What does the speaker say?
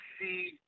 see